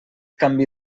canvi